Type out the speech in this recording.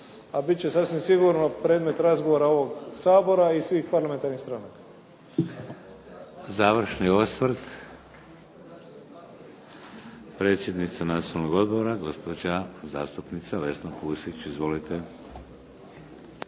a bit će sasvim sigurno predmet razgovora ovog Sabora i svih parlamentarnih stranaka. **Šeks, Vladimir (HDZ)** Završni osvrt, predsjednica Nacionalnog odbora, gospođa zastupnica Vesna Pusić. Izvolite.